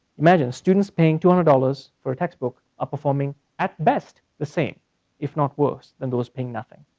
imagine, students paying two hundred dollars for a textbook are performing at best the same if not worse than those paying nothing,